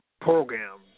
Program